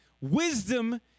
Wisdom